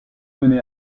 mené